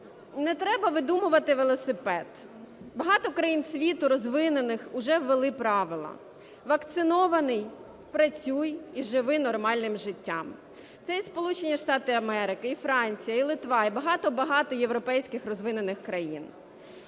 не треба видумувати велосипед, багато країн світу розвинених вже ввели правила: вакцинований – працюй і живи нормальним життям. Це і Сполучені Штати Америки, і Франція, і Литва, і багато-багато європейських розвинених країн.